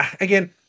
again